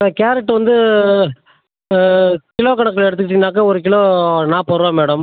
ஆ carrot வந்து kilo கணக்கில் எடுத்துக்கிட்டீங்கன்னாக்கால் ஒரு கிலோ நாற்பது ரூபா மேடம்